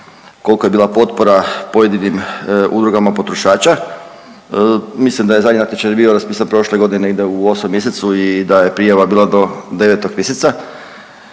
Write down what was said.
kolka je bila potpora pojedinim udrugama potrošača, mislim da je zadnji natječaj bio raspisan prošle godine negdje u 8. mjesecu i da je prijava bila do 9. mjeseca